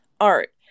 art